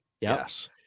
Yes